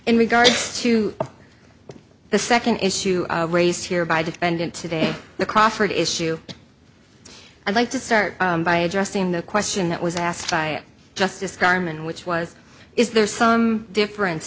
in regard to the second issue raised here by defendant today the crawford issue i'd like to start by addressing the question that was asked by justice carmen which was is there some difference